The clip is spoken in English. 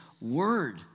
word